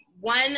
one